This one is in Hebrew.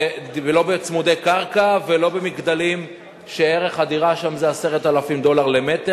לא בצמודי קרקע ולא במגדלים שערך הדירה שם זה 10,000 דולר למטר.